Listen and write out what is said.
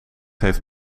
heeft